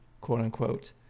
quote-unquote